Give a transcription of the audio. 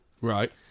Right